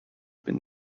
been